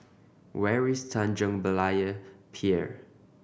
where is Tanjong Berlayer Pier